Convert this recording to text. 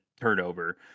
turnover